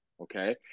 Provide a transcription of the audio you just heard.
okay